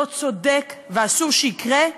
לא צודק ואסור שיקרה,